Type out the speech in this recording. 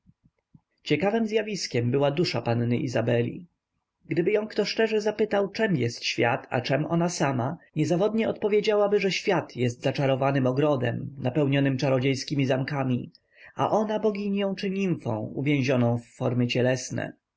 ciekawem zjawiskiem była dusza panny izabeli gdyby ją kto szczerze zapytał czem jest świat a czem ona sama niezawodnie odpowiedziałaby że świat jest zaczarowanym ogrodem napełnionym czarodziejskiemi zamkami a ona boginią czy nimfą uwięzioną w formy cielesne